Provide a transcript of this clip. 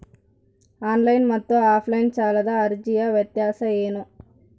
Online ಮತ್ತು offline ಸಾಲದ ಅರ್ಜಿಯ ವ್ಯತ್ಯಾಸ ಏನು?